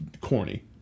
corny